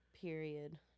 period